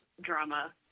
drama